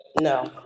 No